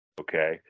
okay